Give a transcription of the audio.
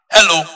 Hello